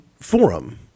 forum